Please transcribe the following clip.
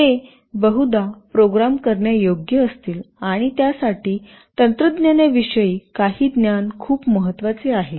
ते बहुधा प्रोग्राम करण्यायोग्य असतील आणि त्यासाठी तंत्रज्ञानाविषयी काही ज्ञान खूप महत्वाचे आहे